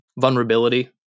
vulnerability